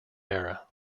era